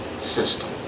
system